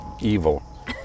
evil